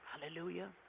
Hallelujah